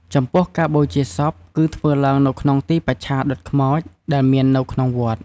ចំពោះការបូជាសពគឺធ្វើឡើងនៅក្នុងទីបច្ឆាដុតខ្មោច ដែលមាននៅក្នុងវត្ត។